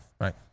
Right